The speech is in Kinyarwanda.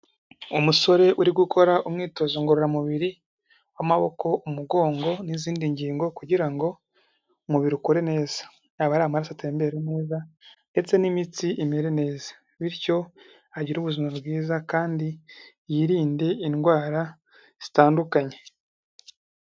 Umusore uri gukora umwitozo ngororamubiri w'amaboko, umugongo n'izindi ngingo, kugira ngo umubiri ukure neza, yaba ari amaraso atembera ndetse n'imitsi imere neza, bityo agire ubuzima bwiza kandi yirinde indwara zitandukanye.